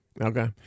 Okay